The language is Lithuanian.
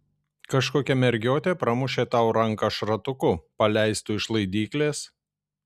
kažkokia mergiotė pramušė tau ranką šratuku paleistu iš laidyklės